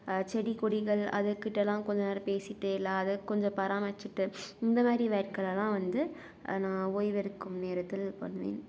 செடி கொடிகள் அதுக்கிட்டெல்லாம் கொஞ்சம் நேரம் பேசிகிட்டு இல்லை அதை கொஞ்சம் பராமரிச்சிட்டு இந்த மாதிரி வேட்களலாம் வந்து நான் ஓய்வு எடுக்கும் நேரத்தில் பண்ணுவேன்